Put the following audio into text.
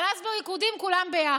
אבל אז בריקודים כולם ביחד.